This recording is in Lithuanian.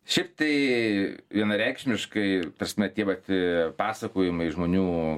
šiaip tai vienareikšmiškai prasme tie vat pasakojimai žmonių